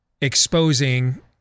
exposing